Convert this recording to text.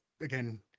again